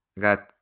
Got